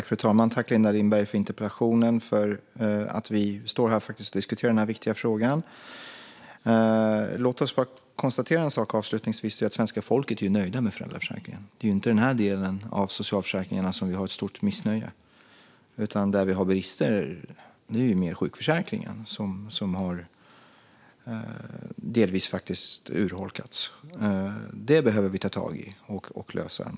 Fru talman! Tack, Linda Lindberg, för interpellationen och för möjligheten att stå här och diskutera denna viktiga fråga! Låt oss avslutningsvis konstatera att svenska folket är nöjda med föräldraförsäkringen. Det är ju inte i den här delen av socialförsäkringarna som det finns ett stort missnöje. Där det finns brister är i sjukförsäkringen, som delvis faktiskt har urholkats. Det behöver vi ta tag i och lösa.